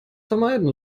vermeiden